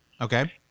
Okay